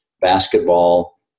basketball